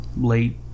late